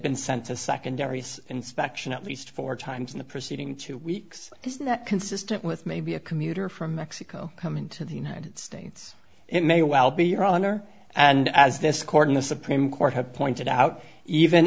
been sent to secondary inspection at least four times in the preceding two weeks is that consistent with maybe a commuter from mexico coming to the united states it may well be your or and as this court in the supreme court had pointed out even